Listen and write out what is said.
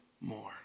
more